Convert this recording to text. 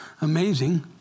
amazing